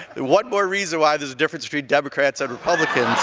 one more reason why there's a difference between democrats and republicans,